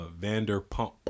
Vanderpump